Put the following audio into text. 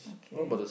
okay